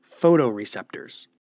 photoreceptors